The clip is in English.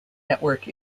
network